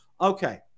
okay